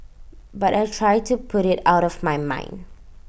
but I try to put IT out of my mind